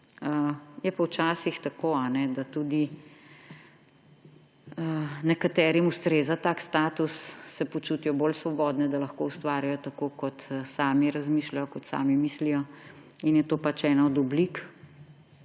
Je pa včasih tako, da tudi nekaterim ustreza tak status, se počutijo bolj svobodne, da lahko ustvarjajo, tako kot sami razmišljajo, kot sami mislijo in je to pač ena od oblik,